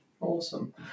Awesome